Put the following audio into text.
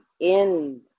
end